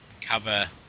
cover